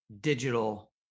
digital